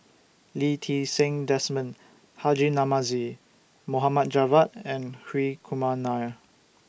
Lee Ti Seng Desmond Haji Namazie Mohd Javad and Hri Kumar Nair